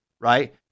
Right